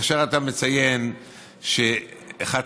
כאשר אתה מציין שאחד,